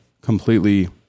completely